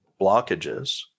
blockages